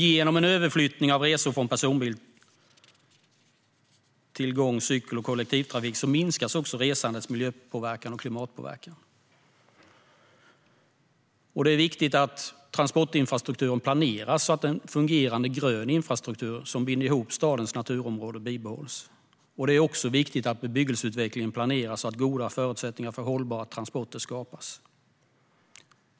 Genom en överflyttning av resor från personbil till gång, cykel och kollektivtrafik minskas resandets miljöpåverkan och klimatpåverkan. Det är viktigt att transportinfrastrukturen planeras så att en fungerande grön infrastruktur som binder ihop stadens naturområden bibehålls. Det är också viktigt att bebyggelseutvecklingen planeras så att goda förutsättningar för hållbara transporter skapas.